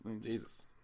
Jesus